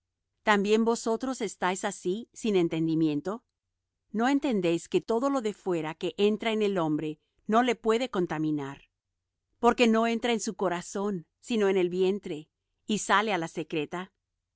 también vosotros estáis así sin entendimiento no entendéis que todo lo de fuera que entra en el hombre no le puede contaminar porque no entra en su corazón sino en el vientre y sale á la secreta